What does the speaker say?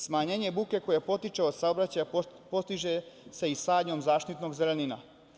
Smanjenje buke koja potiče od saobraćaja postiže se i sadnjom zaštitnog zelenila.